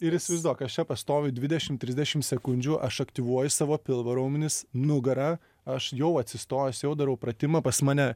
ir įsivaizduok kas čia pastoviu dvidešim trisdešim sekundžių aš aktyvuoju savo pilvo raumenis nugarą aš jau atsistojęs jau darau pratimą pas mane